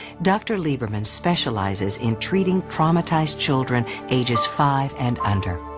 dr. lieberman specializes in treating traumatized children ages five and under.